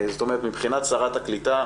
מבחינת שרת הקליטה,